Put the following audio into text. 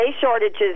shortages